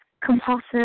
compulsive